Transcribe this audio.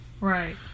Right